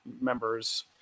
members